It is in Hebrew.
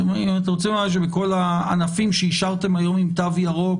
אתם רוצים לומר שבכל הענפים שאישרתם היום עם תו ירוק